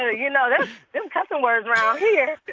ah you know, that's them cussing words around here